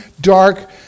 dark